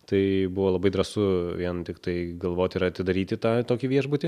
tai buvo labai drąsu vien tiktai galvoti ir atidaryti tą tokį viešbutį